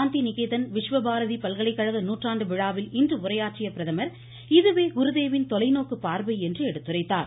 சாந்தி நிகேதன் விஸ்வபாரதி பல்கலைக்கழக நூற்றாண்டு விழாவில் இன்று உரையாற்றிய பிரதமர் இதுவே குருதேவின் தொலைநோக்கு பார்வை என்று எடுத்துரைத்தார்